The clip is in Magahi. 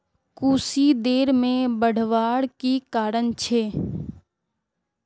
कुशी देर से बढ़वार की कारण छे?